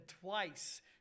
twice